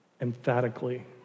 emphatically